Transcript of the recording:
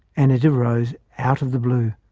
and it arose out of the blue.